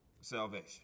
salvation